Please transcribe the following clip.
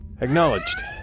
Acknowledged